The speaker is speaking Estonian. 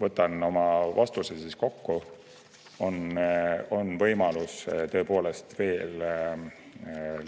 Võtan oma vastuse kokku. On võimalus tõepoolest veel